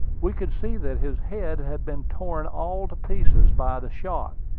we could see that his head had been torn all to pieces by the shot,